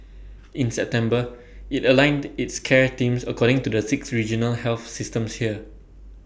in September IT aligned its care teams according to the six regional health systems here